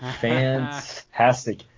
Fantastic